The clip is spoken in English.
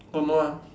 don't know ah